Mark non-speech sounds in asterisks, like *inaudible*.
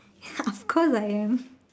*laughs* of course I am